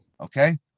Okay